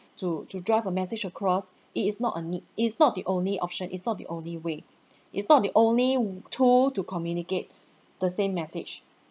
to to drive a message across it is not a need it's not the only option it's not the only way it's not the only tool to communicate the same message